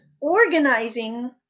organizing